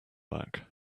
back